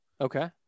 Okay